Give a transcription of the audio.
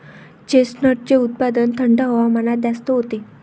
चेस्टनटचे उत्पादन थंड हवामानात जास्त होते